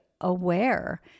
aware